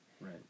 right